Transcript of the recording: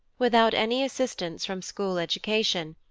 without any assistance from school education,